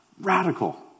radical